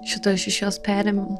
šitą aš iš jos perėmiau